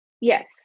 yes